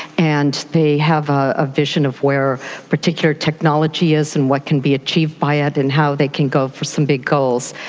and they have a vision of where a particular technology is and what can be achieved by it and how they can go for some big goals.